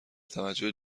توجه